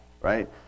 Right